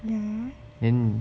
ya